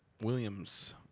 Williams